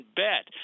bet